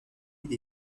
des